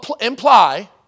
imply